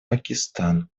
пакистан